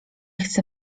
chcę